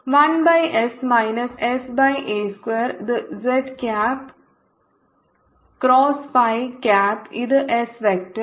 1 by s minus s by a square ഇത് z cap cross phi cap ഇത് s vector